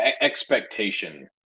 expectation